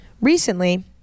recently